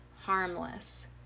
harmless